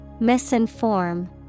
Misinform